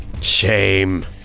Shame